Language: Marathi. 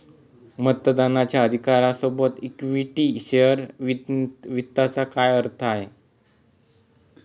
मतदानाच्या अधिकारा सोबत इक्विटी शेअर वित्ताचा काय अर्थ आहे?